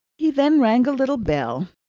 he then rang a little bell,